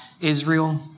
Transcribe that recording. Israel